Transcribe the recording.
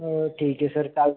हो ठीक आहे सर चाल